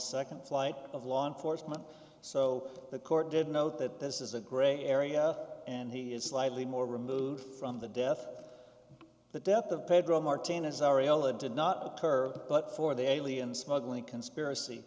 second flight of law enforcement so the court did note that this is a gray area and he is slightly more removed from the death the death of pedro martinez ariela did not occur but for the alien smuggling conspiracy